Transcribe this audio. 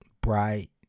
bright